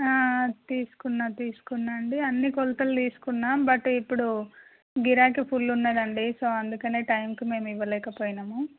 తీసుకున్నా తీసుకున్నా అండి అన్నీ కొలతలు తీసుకున్నా బట్ ఇప్పుడు గిరాకీ ఫుల్ ఉన్నది అండి సొ అందుకనే టైమ్కి మేము ఇవ్వలేకపోయినాము